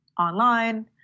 online